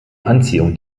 anziehung